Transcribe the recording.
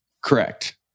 Correct